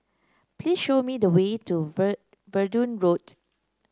please show me the way to Verdun Road